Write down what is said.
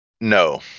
No